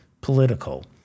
political